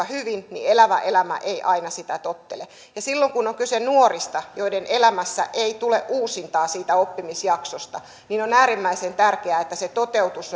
hyvin elävä elämä ei aina sitä tottele ja silloin kun on kyse nuorista joiden elämässä ei tule uusintaa siitä oppimisjaksosta on äärimmäisen tärkeää että se toteutus